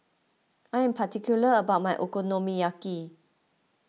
I am particular about my Okonomiyaki